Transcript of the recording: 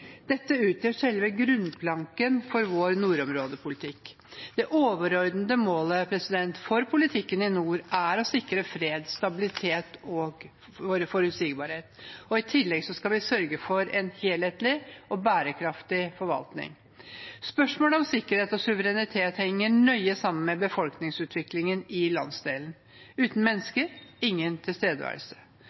Dette utgjør selve grunnplanken for vår nordområdepolitikk. Det overordnete målet for politikken i nord er å sikre fred, stabilitet og forutsigbarhet. I tillegg skal vi sørge for en helhetlig og bærekraftig forvaltning. Spørsmålet om sikkerhet og suverenitet henger nøye sammen med befolkningsutviklingen i landsdelen: uten mennesker – ingen tilstedeværelse.